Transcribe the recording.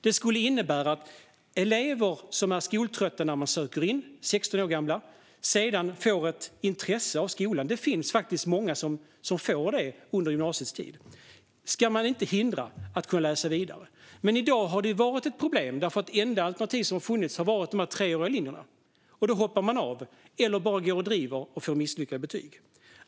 Det skulle innebära att elever som är skoltrötta när de söker till gymnasieskolan 16 år gamla och som sedan får ett intresse för skolan - det finns faktiskt många som får det under gymnasietiden - inte ska hindras från att läsa vidare. Problemet har varit att det enda alternativ som har funnits är de treåriga linjerna, och då hoppar man av eller går och driver och får dåliga betyg.